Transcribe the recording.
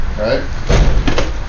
Right